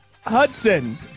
Hudson